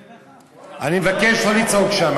אני מבקש לא לצעוק שם,